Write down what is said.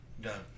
done